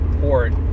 port